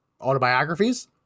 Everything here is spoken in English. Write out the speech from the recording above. autobiographies